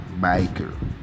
biker